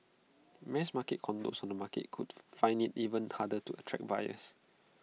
mass market condos on the market could find IT even harder to attract buyers